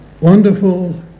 Wonderful